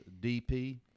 DP